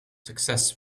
success